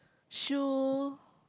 shoe